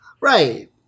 right